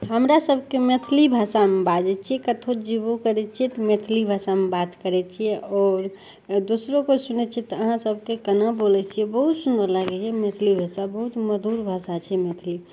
हमरा सबके मैथिली भाषामे बाजै छियै कतहो जेबो करै छियै तऽ मैथिली भाषामे बात करै छियै आओर दोसरो कोइ सुनै छै तऽ अहाँ सबके केना बोलै छियै बहुत सुन्दर लागै यऽ मैथिली भाषा बहुत मधुर भाषा छै मैथिली